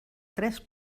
tres